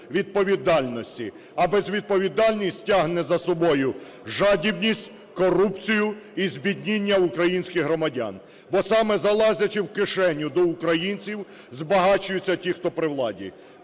А безвідповідальність тягне за собою жадібність, корупцію і збідніння українських громадян. Бо саме залазячи в кишеню до українців, збагачуються ті, хто при владі.